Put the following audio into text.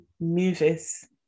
Movies